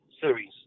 series